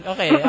Okay